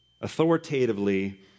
authoritatively